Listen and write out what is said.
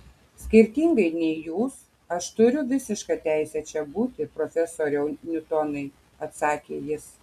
skirtingai nei jūs aš turiu visišką teisę čia būti profesoriau niutonai atsakė jis